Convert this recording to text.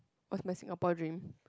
what's my Singapore dream